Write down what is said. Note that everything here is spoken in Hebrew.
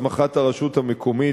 הסמכת הרשות המקומית,